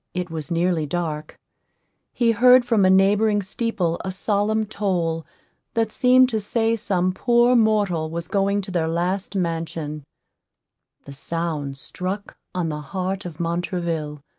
it was nearly dark he heard from a neighbouring steeple a solemn toll that seemed to say some poor mortal was going to their last mansion the sound struck on the heart of montraville,